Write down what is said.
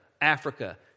Africa